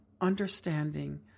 understanding